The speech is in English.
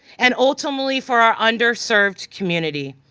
and ultimately, for our underserved community.